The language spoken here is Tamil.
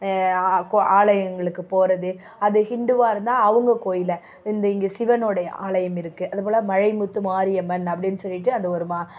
கோ ஆலயங்களுக்குப் போகிறது அது ஹிண்டுவா இருந்தால் அவங்க கோவில இந்த இங்கே சிவனுடைய ஆலயம் இருக்குது அது போல் மழை முத்து மாரியம்மன் அப்படின்னு சொல்லிவிட்டு அந்த ஒரு மா